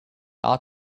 ought